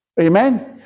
Amen